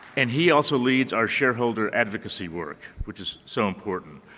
and he also leads our shareholder advocacy work, which is so important.